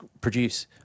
produce